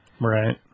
Right